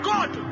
God